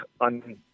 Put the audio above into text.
on